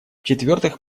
четвертых